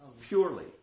purely